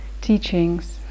teachings